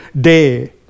day